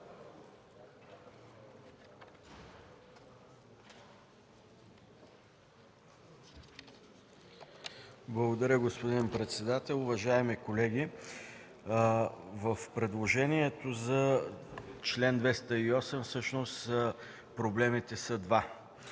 Благодаря, господин председател. Уважаеми колеги, в предложението за чл. 208 всъщност проблемите са два.